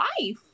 life